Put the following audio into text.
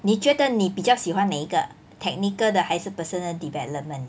你觉得你比较喜欢哪一个 technical 的还是 personal development